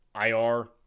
IR